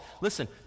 listen